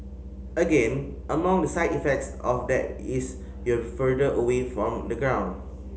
again among the side effects of that is you're further away from the ground